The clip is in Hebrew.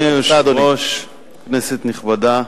אדוני היושב-ראש, כנסת נכבדה,